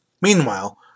Meanwhile